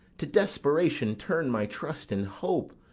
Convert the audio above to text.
to desperation turn my trust and hope!